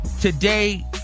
Today